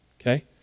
okay